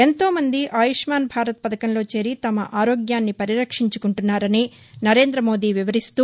ఎంతోమంది ఆయుష్మాన్ భారత్ వథకంలో చేరి తమ ఆరోగ్యాన్ని వరిరక్షించుకుంటున్నారని నరేంద్ర మోదీ వివరిస్తూ